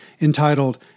entitled